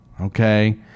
Okay